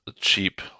cheap